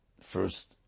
first